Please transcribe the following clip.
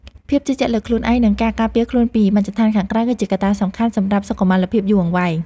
ភាពជឿជាក់លើខ្លួនឯងនិងការការពារខ្លួនពីមជ្ឈដ្ឋានខាងក្រៅគឺជាកត្តាសំខាន់សម្រាប់សុខុមាលភាពយូរអង្វែង។